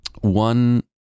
one